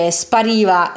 spariva